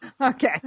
okay